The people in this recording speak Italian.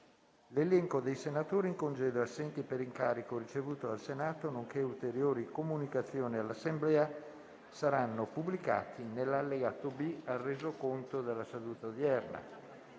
L'elenco dei senatori in congedo e assenti per incarico ricevuto dal Senato, nonché ulteriori comunicazioni all'Assemblea saranno pubblicati nell'allegato B al Resoconto della seduta odierna.